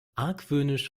argwöhnisch